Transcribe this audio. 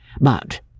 But